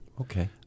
Okay